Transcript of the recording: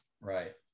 Right